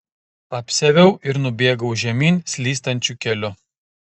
apsiaviau ir nubėgau žemyn slystančiu keliu